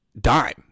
dime